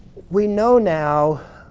we know now